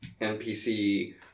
NPC